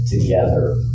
together